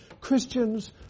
Christians